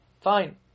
Fine